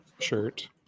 shirt